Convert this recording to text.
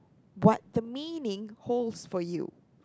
what the meaning holds for you